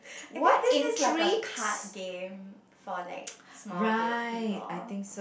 I think this is like a card game for like small group people